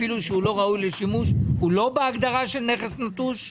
לא ראוי לשימוש הוא לא בהגדרה של נכס נטוש?